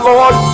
Lord